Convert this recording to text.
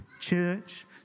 church